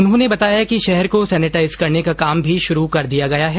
उन्होंने बताया कि शहर को सैनेटाइज करने का काम भी शुरू कर दिया गया है